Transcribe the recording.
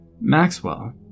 Maxwell